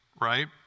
right